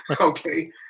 Okay